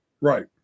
Right